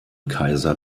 kaiser